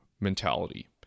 mentality